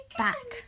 back